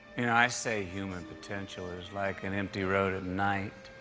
you know, i say human potential is like an empty road at night.